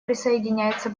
присоединяется